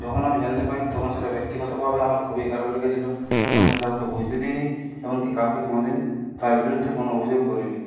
যখন আমি জানতে পাই তখন সেটা ব্যক্তিগতভাবে আমার খুবই খারাপ লেগেছিল এবং সেটা ওকে বুঝতে দিইনি এমনকি কাউকে কোনো দিন তার বিরুদ্ধে কোনো অভিযোগ করিনি